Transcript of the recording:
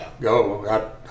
go